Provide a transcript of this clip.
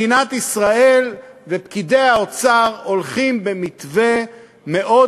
מדינת ישראל ופקידי האוצר הולכים במתווה מאוד